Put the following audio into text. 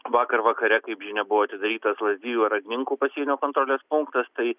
vakar vakare kaip žinia buvo atidarytas lazdijų orodninkų pasienio kontrolės punktas tai